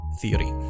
theory